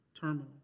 terminal